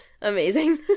Amazing